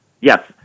Yes